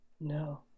no